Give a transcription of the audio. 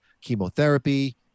chemotherapy